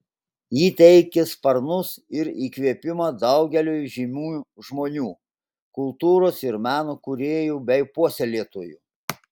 ji teikė sparnus ir įkvėpimą daugeliui žymių žmonių kultūros ir meno kūrėjų bei puoselėtojų